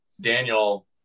Daniel